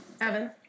Evan